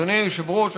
אדוני היושב-ראש,